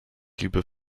liebe